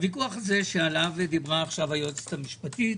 הוויכוח הזה שעליו דיברה עכשיו היועצת המשפטית,